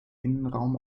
innenraum